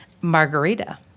margarita